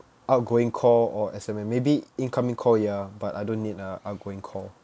outgoing call or S_M_S maybe incoming call ya but I don't need uh outgoing call